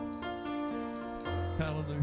Hallelujah